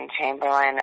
Chamberlain